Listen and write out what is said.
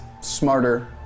smarter